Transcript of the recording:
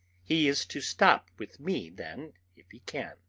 he is to stop with me then, if he can